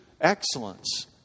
excellence